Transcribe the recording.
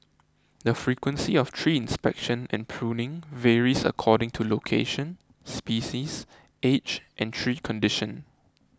the frequency of tree inspection and pruning varies according to location species age and tree condition